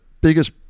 biggest